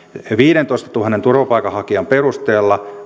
viidentoistatuhannen turvapaikanhakijan perusteella